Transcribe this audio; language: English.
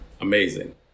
amazing